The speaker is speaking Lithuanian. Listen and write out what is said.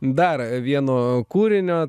dar vieno kūrinio